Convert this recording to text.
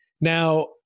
Now